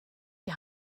die